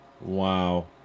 Wow